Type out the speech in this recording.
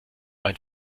ein